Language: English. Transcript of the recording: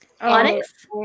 Onyx